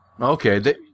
Okay